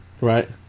right